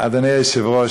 אדוני היושב-ראש,